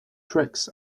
tricks